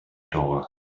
door